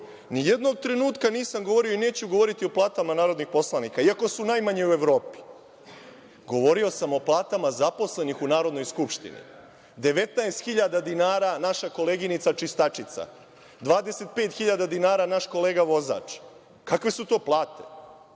treba. Nijednog trenutka nisam govorio i neću govoriti o platama narodnih poslanika, iako su najmanje u Evropi. Govorio sam o platama zaposlenih u Narodnoj skupštini. Devetnaest hiljada dinara naša koleginica čistačica, 25 hiljada dinara naš kolega vozač. Kakve su to plate?